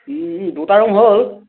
দুটা ৰুম হ'ল